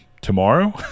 tomorrow